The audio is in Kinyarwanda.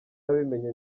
nabimenye